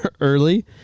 early